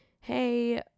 hey